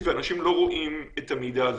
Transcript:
אנשים לא רואים את המידע הזה,